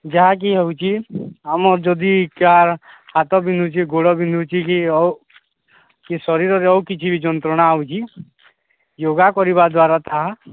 ଯାହାକି ହେଉଛି ଆମ ଯଦି କାହା ହାତ ବିିନ୍ଧୁଛି ଗୋଡ଼ ବିିନ୍ଧୁଛି କି ଆଉ କି ଶରୀରରେ ଆଉ କିଛି ଯନ୍ତ୍ରଣା ହେଉଛି ୟୋଗା କରିବା ଦ୍ୱାରା ତାହା